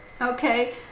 Okay